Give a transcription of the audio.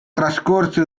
trascorse